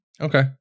okay